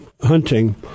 hunting